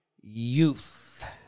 youth